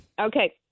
Okay